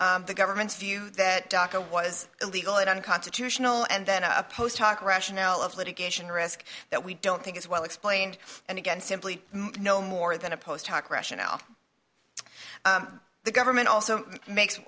the government's view that doco was illegal and unconstitutional and then a post hoc rationale of litigation risk that we don't think is well explained and again simply no more than a post hoc rationale the government also makes